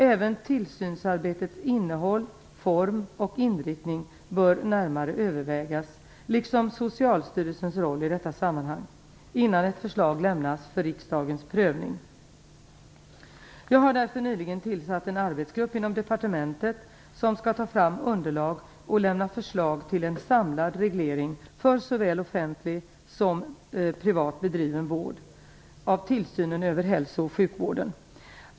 Även tillsynsarbetets innehåll, form och inriktning bör närmare övervägas, liksom Socialstyrelsens roll i detta sammanhang, innan ett förslag lämnas för riksdagens prövning. Jag har därför nyligen tillsatt en arbetsgrupp inom departementet som skall ta fram underlag och lämna förslag till en samlad reglering - för såväl offentligt som privat bedriven vård - av tillsynen över hälsooch sjukvården.